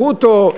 ברוטו,